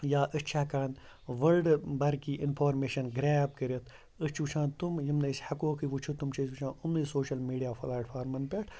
یا أسۍ چھِ ہٮ۪کان وٲلڈٕ بھر کی اِنفارمیشَن گرٛیب کٔرِتھ أسۍ چھُ وٕچھان تِم یِم نہٕ أسۍ ہٮ۪کوکھٕے وٕچھُتھ تِم چھُ أسۍ وٕچھان یِمنٕے سوشَل میٖڈیا پٕلیٹفارمَن پٮ۪ٹھ